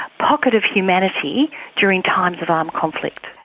pocket of humanity during times of armed conflict.